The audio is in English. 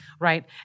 right